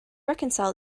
reconcile